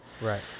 Right